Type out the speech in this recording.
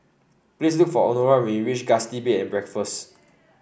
please look for Honora when you reach Gusti Bed and Breakfast